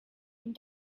and